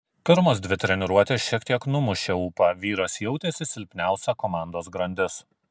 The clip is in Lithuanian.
pirmos dvi treniruotės šiek tiek numušė ūpą vyras jautėsi silpniausia komandos grandis